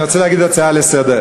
אני רוצה להעלות הצעה לסדר.